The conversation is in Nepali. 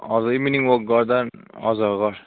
हजुर इभिनिङ वक गर्दा पनि हजुर